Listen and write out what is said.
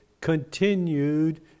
continued